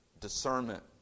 Discernment